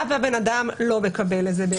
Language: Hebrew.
היה והבן אדם לא מאשר,